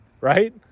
right